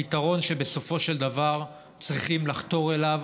הפתרון שבסופו של דבר צריכים לחתור אליו